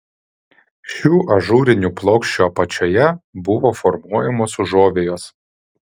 šių ažūrinių plokščių apačioje buvo formuojamos užuovėjos